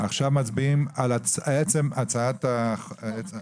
הצבענו על ההסתייגויות של סיעת העבודה ויש עתיד.